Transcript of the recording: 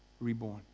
reborn